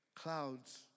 clouds